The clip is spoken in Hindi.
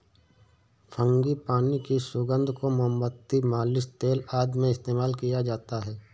फ्रांगीपानी की सुगंध को मोमबत्ती, मालिश तेल आदि में इस्तेमाल किया जाता है